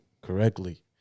correctly